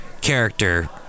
Character